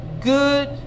good